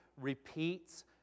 repeats